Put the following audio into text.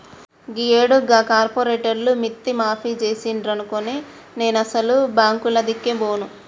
గీయేడు గా కార్పోరేటోళ్లు మిత్తి మాఫి జేసిండ్రనుకో నేనసలు బాంకులదిక్కే బోను